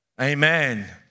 Amen